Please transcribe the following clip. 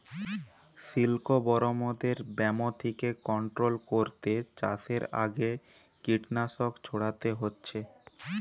সিল্কবরমদের ব্যামো থিকে কন্ট্রোল কোরতে চাষের আগে কীটনাশক ছোড়াতে হচ্ছে